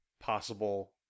possible